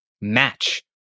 match